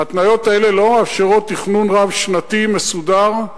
ההתניות האלה לא מאפשרות תכנון רב-שנתי מסודר,